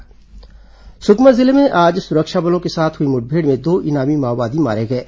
माओवादी मुठभेड़ सुकमा जिले में आज सुरक्षा बलों के साथ हुई मुठभेड़ में दो इनामी माओवादी मारे गए हैं